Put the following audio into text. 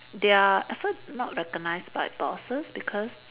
their effort not recognised by bosses because